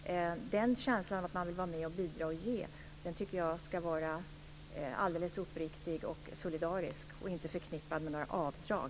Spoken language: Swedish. Känslan av att man vill vara med och bidra och ge, tycker jag ska vara alldeles uppriktig och solidarisk och inte förknippad med några avdrag.